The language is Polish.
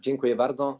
Dziękuję bardzo.